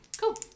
Cool